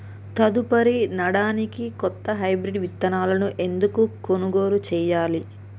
తదుపరి నాడనికి కొత్త హైబ్రిడ్ విత్తనాలను ఎందుకు కొనుగోలు చెయ్యాలి?